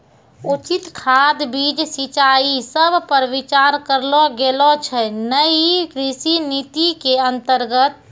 उचित खाद, बीज, सिंचाई सब पर विचार करलो गेलो छै नयी कृषि नीति के अन्तर्गत